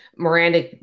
Miranda